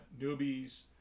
newbies